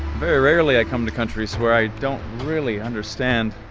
very rarely i come to countries where i don't really understand